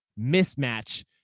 mismatch